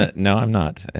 ah no, i am not.